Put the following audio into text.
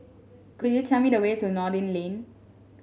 could you tell me the way to Noordin Lane